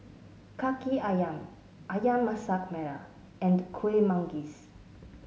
Kaki ayam ayam Masak Merah and Kuih Manggis